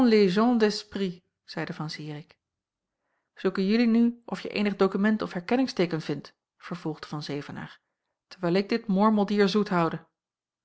zeide van zirik zoeken jijlui nu of je eenig dokument of herkenningsteeken vindt vervolgde van zevenaer terwijl ik dit mormeldier zoet houde